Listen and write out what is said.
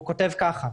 והוא כותב ככה: